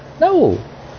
No